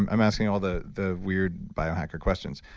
i'm asking all the the weird biohacker questions.